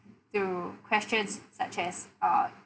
through questions such as uh